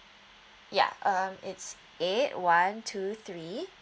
ya um it's eight one two three